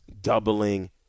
doubling